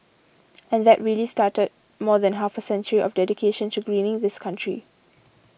and that really started more than half a century of dedication to greening this country